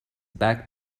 back